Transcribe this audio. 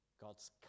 God's